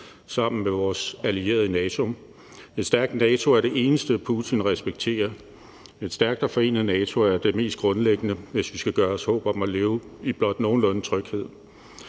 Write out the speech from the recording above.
sammen med vores allierede i NATO. Et stærkt NATO er det eneste, Putin respekterer. Et stærkt og forenet NATO er det mest grundlæggende, hvis vi skal gøre os håb om at leve i blot nogenlunde tryghed.